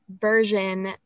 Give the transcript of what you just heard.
version